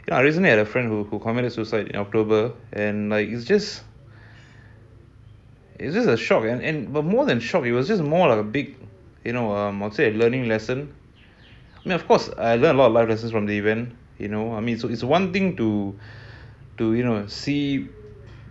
you know I recently had a friend who who committed suicide in october and like it's just it's just a shock ah and and but more than a shock it was just like more of like a big learning lesson then of course I learn a lot of life lessons from the event you know I mean it's one thing to see or go to a funeral